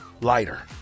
lighter